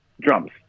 Drums